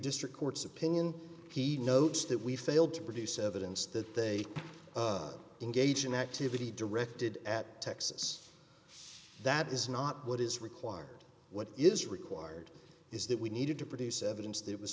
district court's opinion he notes that we failed to produce evidence that they engage in activity directed at texas that is not what is required what is required is that we needed to produce evidence that was